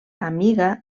amiga